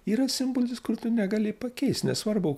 yra simbolis kur tu negali pakeist nesvarbu